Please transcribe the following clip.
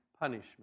punishment